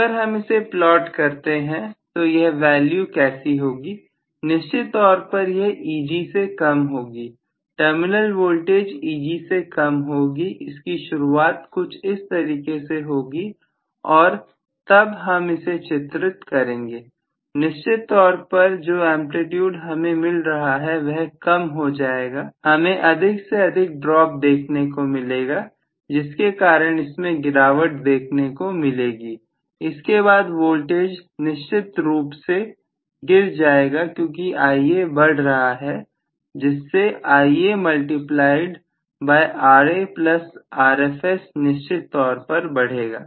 अगर हम इसे प्लॉट करते हैं तो यह वैल्यू कैसी होगी निश्चित तौर पर यह Eg से कम होगी टर्मिनल वोल्टेज Eg से कम होगी इसकी शुरुआत कुछ इस तरीके से होगी और तब हम इसे चित्रित करेंगे निश्चित तौर पर जो एंप्लीट्यूड हमें मिल रहा है वह कम हो जाएगा हमें अधिक से अधिक ड्रॉप देखने को मिलेगा जिसके कारण इसमें गिरावट देखने को मिलेगी इसके बाद वोल्टेज निश्चित रूप से गिर जाएगा क्योंकि Ia बढ़ रहा है जिससे Ia multiplied by Ra plus Rfs निश्चित तौर पर बढ़ेगा